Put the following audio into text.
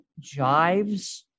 jives